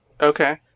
Okay